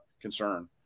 concern